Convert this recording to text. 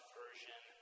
version